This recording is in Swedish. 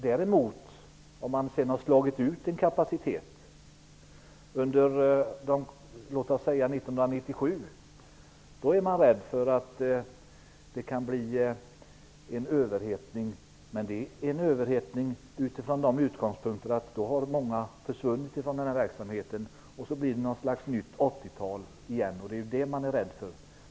Däremot är man rädd för att det kan komma att bli en överhettning under 1997 på grund av att många då har försvunnit från den här verksamheten. Då får vi något slags nytt 80-tal igen. Det är man rädd för.